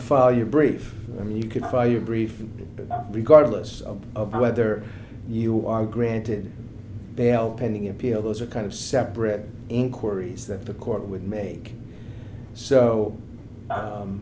file your brief and i mean you could file your brief regardless of whether you are granted bail pending appeal those are kind of separate inquiries that the court would make so